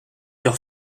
leur